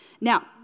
Now